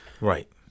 Right